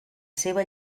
seva